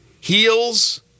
heels